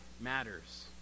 matters